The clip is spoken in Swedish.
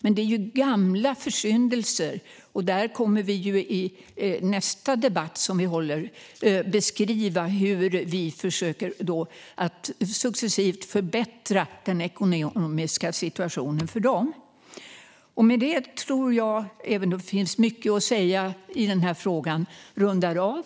Men det är ju gamla försyndelser, och vi kommer i nästa debatt att beskriva hur vi försöker successivt förbättra den ekonomiska situationen för dem. Med det tror jag, även om det finns mycket att säga i den här frågan, att jag rundar av.